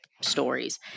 stories